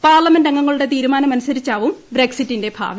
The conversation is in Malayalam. പാർലമെന്റംഗങ്ങളുടെ തീരുമാനമനുസരിച്ചാവും ബ്രക്സിറ്റിന്റെ ഭാവി